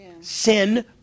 Sin